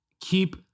Keep